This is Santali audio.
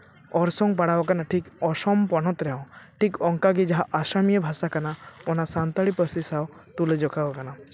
ᱚᱨᱥᱚᱝ ᱯᱟᱲᱟᱣ ᱠᱟᱱᱟ ᱴᱷᱤᱠ ᱚᱥᱚᱢ ᱯᱚᱱᱚᱛ ᱨᱮᱦᱚᱸ ᱴᱷᱤᱠ ᱚᱱᱠᱟ ᱜᱮ ᱡᱟᱦᱟᱸ ᱟᱥᱟᱢᱤᱭᱟᱹ ᱵᱷᱟᱥᱟ ᱠᱟᱱᱟ ᱚᱱᱟ ᱥᱟᱱᱛᱟᱲᱤ ᱯᱟᱹᱨᱥᱤ ᱥᱟᱶ ᱛᱩᱞᱟᱹ ᱡᱚᱠᱷᱟᱣ ᱟᱠᱟᱱᱟ